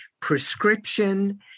prescription